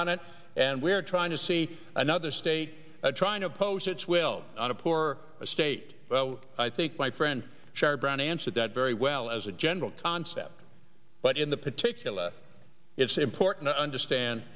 on it and we're trying to see another state trying to impose its will on a poor state i think my friend sherrod brown answered that very well as a general concept but in the particular it's important to understand